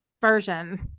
version